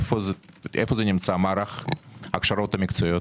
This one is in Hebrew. איפה נמצא מערך ההכשרות המקצועיות?